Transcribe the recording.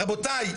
רבותיי,